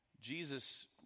Jesus